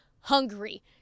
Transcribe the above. hungry